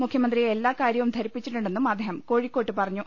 മുഖ്യമന്ത്രിയെ എല്ലാകാര്യവും ധരിപ്പിച്ചിട്ടുണ്ടെന്നും അദ്ദേഹം കോഴിക്കോട്ട് പറഞ്ഞു